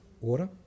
Water